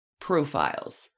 profiles